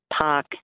park